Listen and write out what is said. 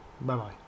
Bye-bye